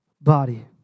body